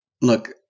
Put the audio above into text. look